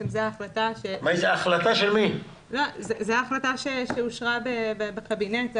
זו החלטה שאושרה בקבינט.